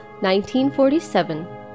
1947